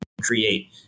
create